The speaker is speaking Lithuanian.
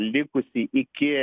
likusį iki